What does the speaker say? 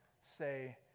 say